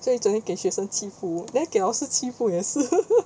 所以整天给学生欺负 then 给老师欺负也是